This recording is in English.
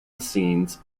scenes